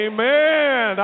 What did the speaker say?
Amen